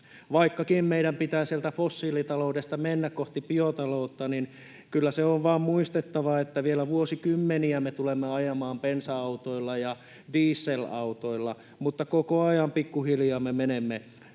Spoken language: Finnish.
vaikkakin meidän pitää sieltä fossiilitaloudesta mennä kohti biotaloutta, niin kyllä se on vain muistettava, että vielä vuosikymmeniä me tulemme ajamaan bensa-autoilla ja dieselautoilla, mutta koko ajan pikkuhiljaa me menemme niihin